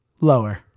Lower